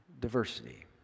diversity